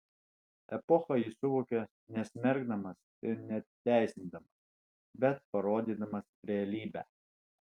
epochą jis suvokia nesmerkdamas ir neteisindamas bet parodydamas realybę